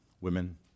women